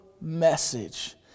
message